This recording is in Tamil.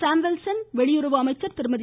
சாம்வெல்சன் வெளியுறவு அமைச்சர் திருமதி